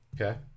Okay